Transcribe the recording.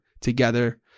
together